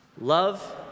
Love